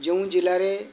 ଯେଉଁ ଜଲ୍ଲାରେ